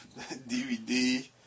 DVD